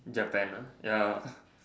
Japan ah ya ah